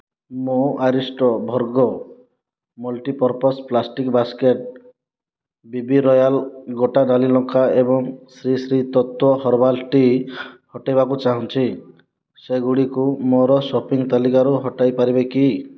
ମୁଁ Aristo Virgo multipurpose plastic basket B B royal ଗୋଟା ନାଲି ଲଙ୍କା ଏବଂ ଶ୍ରୀ ଶ୍ରୀ ତତ୍ତ୍ ହର୍ବାଲ୍ ଟି ହଟାଇବାକୁ ଚାହୁଁଛି ସେଗୁଡ଼ିକୁ ମୋର ସପିଂ ତାଲିକାରୁ ହଟାଇ ପାରିବେ କି